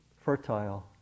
fertile